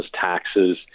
taxes